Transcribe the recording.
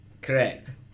Correct